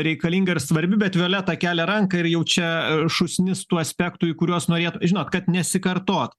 reikalinga ir svarbi bet violeta kelia ranką ir jau čia šūsnis tų aspektų į kuriuos norėtų žinot kad nesikartot